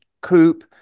coupe